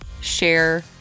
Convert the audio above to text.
share